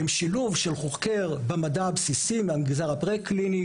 הוא שילוב של חוקר במדע הבסיסי מהמגזר הפרה-קליני,